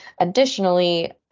Additionally